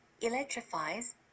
electrifies